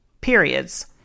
periods